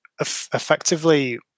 effectively